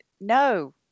no